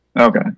Okay